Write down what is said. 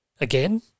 again